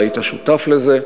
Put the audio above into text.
היית שותף לזה,